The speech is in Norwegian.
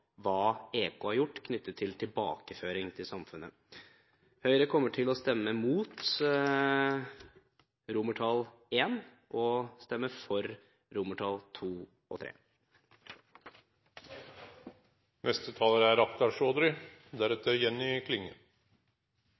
hva EK har gjort knyttet til tilbakeføring til samfunnet. Høyre kommer til å stemme imot innstillingens forslag til vedtak I og for II og III. La meg først avklare at det ikke først og fremst er